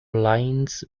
lines